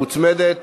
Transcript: מוצמדת